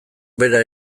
bera